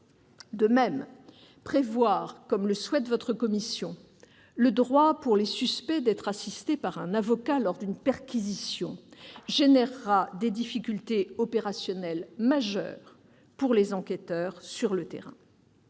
De même, prévoir, comme le souhaite votre commission, le droit pour les suspects d'être assistés par un avocat lors d'une perquisition créera des difficultés opérationnelles majeures pour les enquêteurs sur le terrain.